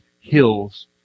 hills